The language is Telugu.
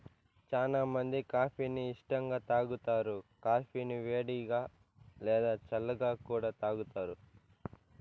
చానా మంది కాఫీ ని ఇష్టంగా తాగుతారు, కాఫీని వేడిగా, లేదా చల్లగా కూడా తాగుతారు